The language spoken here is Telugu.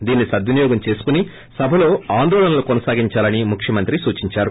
దీనిని సద్వినియోగం చేసుకోని సభలో ఆందోళనలు కొనసాగించాలని ముఖ్యమంత్రి చెప్పారు